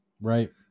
Right